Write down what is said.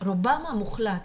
רובם המוחלט